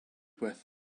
with